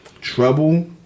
trouble